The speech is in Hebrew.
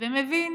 ומבין